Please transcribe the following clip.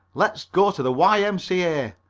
let's go to the y m c a.